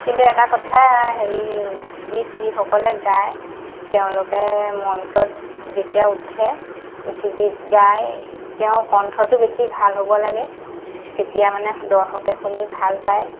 কিন্তু এটা কথা হেৰি গীত যিসকলে গাই তেওঁলোকে মঞ্চত যেতিয়া উঠে উঠি গীত গাই তেওঁৰ কণ্ঠটো বেছি ভাল হ'ব লাগে তেতিয়া মানে দৰ্শকে শুনি ভাল পায়